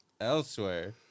elsewhere